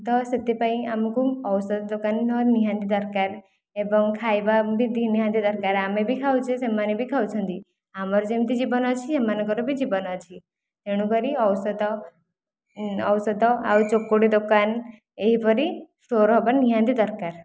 ତ ସେଥିପାଇଁ ଆମକୁ ଔଷଧ ଦୋକାନ ନିହାତି ଦରକାର ଏବଂ ଖାଇବା ନିହାତି ଦରକାର ଆମେ ବି ଖାଉଛେ ସେମାନେ ବି ଖାଉଛନ୍ତି ଆମର ଯେମିତି ଜୀବନ ଅଛି ସେମାନଙ୍କର ବି ଜୀବନ ଅଛି ତେଣୁ କରି ଔଷଧ ଔଷଧ ଆଉ ଚୋକଡ଼ ଦୋକାନ ଏହିପରି ଷ୍ଟୋର ହେବା ନିହାତି ଦରକାର